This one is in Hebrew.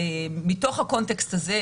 מתוך הקונטקסט הזה,